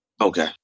Okay